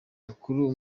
bakuru